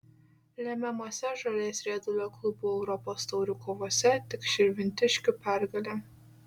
lemiamose žolės riedulio klubų europos taurių kovose tik širvintiškių pergalė